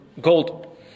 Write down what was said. gold